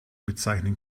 bezeichnen